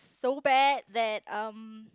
so bad that um